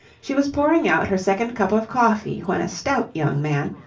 she was pouring out her second cup of coffee when a stout young man,